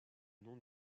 nom